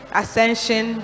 ascension